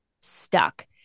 stuck